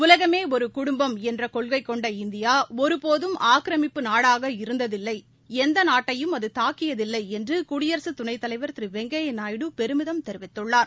உலகமேஒருகுடும்பம் என்றகொள்கைகொண்ட India ஒருபோதும் ஆக்கிரமிப்பு நாடாக இருந்ததில்லை எந்தநாட்டையும் அதுதாக்கியதில்லைஎன்றுகுடியரசுதுணைத்தலைவர் திருவெங்கையாநாயுடு பெருமிதம் தெரிவித்துள்ளார்